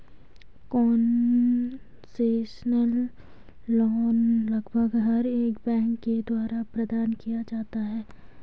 concessional loan लगभग हर एक बैंक के द्वारा प्रदान किया जाता है